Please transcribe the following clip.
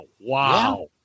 Wow